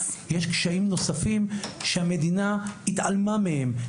יש קשיים נוספים שהמדינה התעלמה מהם.